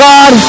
God